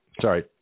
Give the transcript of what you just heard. Sorry